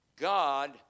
God